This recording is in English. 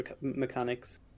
mechanics